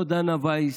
לא דנה וייס,